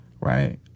right